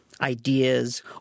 ideas